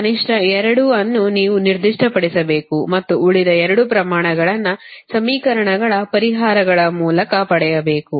ಕನಿಷ್ಠ 2 ಅನ್ನು ನೀವು ನಿರ್ದಿಷ್ಟಪಡಿಸಬೇಕು ಮತ್ತು ಉಳಿದ 2 ಪ್ರಮಾಣಗಳನ್ನು ಸಮೀಕರಣಗಳ ಪರಿಹಾರಗಳ ಮೂಲಕ ಪಡೆಯಬೇಕು